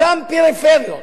אותן פריפריות,